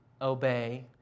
obey